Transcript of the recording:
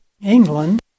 England